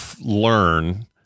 learn